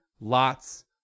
lots